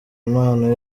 impano